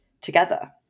together